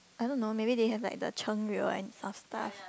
I don't know may be they have like the